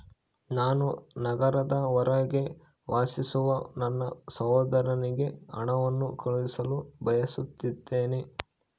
ನಾನು ನಗರದ ಹೊರಗೆ ವಾಸಿಸುವ ನನ್ನ ಸಹೋದರನಿಗೆ ಹಣವನ್ನು ಕಳುಹಿಸಲು ಬಯಸುತ್ತೇನೆ